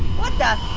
what the?